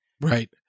Right